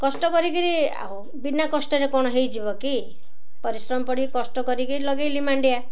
କଷ୍ଟ କରିକିରି ଆଉ ବିନା କଷ୍ଟରେ କ'ଣ ହେଇଯିବ କି ପରିଶ୍ରମ ପଡ଼ିକି କଷ୍ଟ କରିକିରି ଲଗେଇଲି ମାଣ୍ଡିଆ